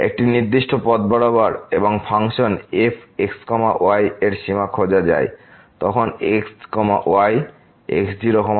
একটি নির্দিষ্ট পথ বরাবর এবং ফাংশন fx y এর সীমা খোঁজা যায় যখন x y x0 y0 তে যায়